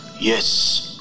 Yes